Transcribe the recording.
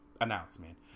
announcement